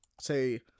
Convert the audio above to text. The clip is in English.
say